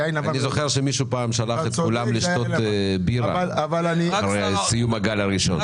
אני זוכר שמישהו שלח את כולם לשתות בירה אחרי סיום הגל הראשון.